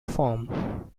form